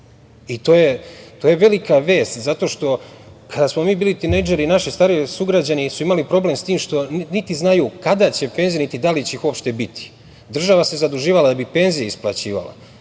i to je velika vest. Kada smo mi bili tinejdžeri naši stariji sugrađani su imali problem sa tim što niti znaju kada će penzije, niti dali će iz uopšte biti. Država se zaduživala da bi penzije isplaćivala. Živeli